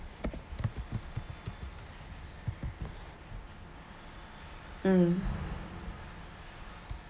mm